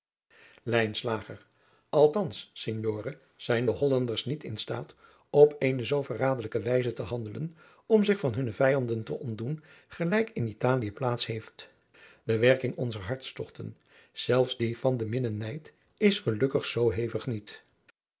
althans signore zijn de hollanders niet in staat op eene zoo verraderlijke wijze te handelen om zich van hunne vijanden te ontdoen gelijk in italie plaats heeft de werking onzer hartstogten zelfs die van den minnenijd is gelukkig zoo hevig niet